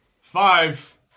Five